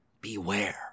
Beware